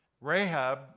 Rahab